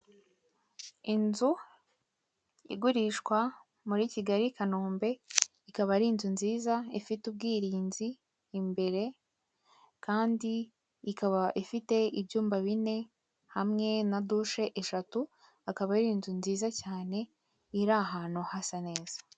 Inzu igurishwa muri kigali kanombe ikaba arinzu nziza ifite ubwirinzi imbere kandi ikaba ifite ibyumba bine hamwe na dushe eshatu akaba arinzu nziza cyane iri ahantu hasa neza.